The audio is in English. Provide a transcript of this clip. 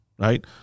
right